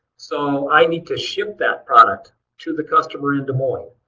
so i need to ship that product to the customer in des moines.